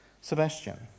Sebastian